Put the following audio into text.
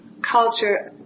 culture